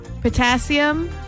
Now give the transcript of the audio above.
potassium